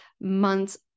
months